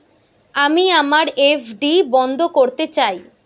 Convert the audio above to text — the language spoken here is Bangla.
আমি আমার এফ.ডি বন্ধ করতে চাই